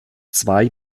zwei